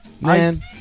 man